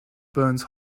burns